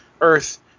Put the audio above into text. Earth